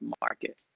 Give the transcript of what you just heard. market